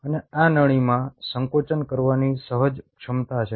અને આ નળીમાં સંકોચન કરવાની સહજ ક્ષમતા છે